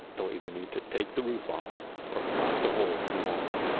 they'll either need to take the roof off or blast a hole in the wall